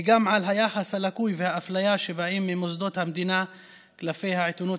וגם על היחס הלקוי והאפליה שבאים ממוסדות המדינה כלפי העיתונות